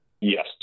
Yes